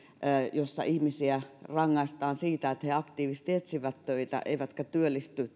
jossa ihmisiä rangaistaan työttömyysturvan leikkauksella siitä että he aktiivisesti etsivät töitä eivätkä työllisty